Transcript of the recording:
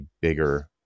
bigger